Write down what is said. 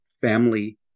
family